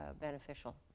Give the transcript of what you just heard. beneficial